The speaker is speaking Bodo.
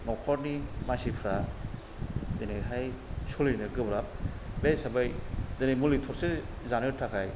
न'खरनि मानसिफ्रा दोनैहाय सलिनो गोब्राब बे हिसाबै दोनै मुलि थरसे जानो थाखाय